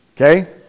Okay